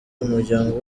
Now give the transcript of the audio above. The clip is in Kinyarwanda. umuryango